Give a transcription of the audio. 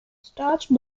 starch